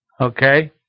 Okay